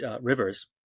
rivers